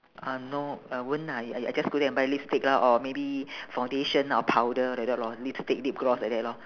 uh no uh won't lah I I just go there and buy lipstick lah or maybe foundation or powder like that lor lipstick lip gloss like that lor